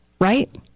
right